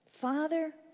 Father